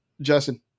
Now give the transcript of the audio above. Justin